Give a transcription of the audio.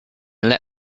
let